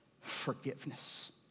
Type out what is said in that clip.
forgiveness